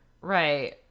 Right